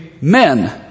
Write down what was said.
men